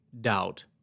doubt